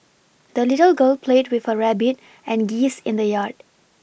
the little girl played with her rabbit and geese in the yard